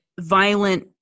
violent